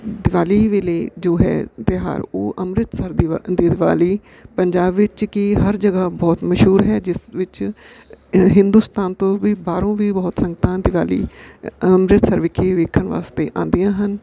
ਦਿਵਾਲੀ ਵੇਲੇ ਜੋ ਹੈ ਤਿਉਹਾਰ ਉਹ ਅੰਮ੍ਰਿਤਸਰ ਦੀਵਾ ਦੀ ਦਿਵਾਲੀ ਪੰਜਾਬ ਵਿੱਚ ਕਿ ਹਰ ਜਗ੍ਹਾ ਬਹੁਤ ਮਸ਼ਹੂਰ ਹੈ ਜਿਸ ਵਿੱਚ ਹਿੰਦੁਸਤਾਨ ਤੋਂ ਵੀ ਬਾਹਰੋਂ ਵੀ ਬਹੁਤ ਸੰਗਤਾਂ ਦਿਵਾਲੀ ਅੰਮ੍ਰਿਤਸਰ ਵਿਖੇ ਵੇਖਣ ਵਾਸਤੇ ਆਉਂਦੀਆਂ ਹਨ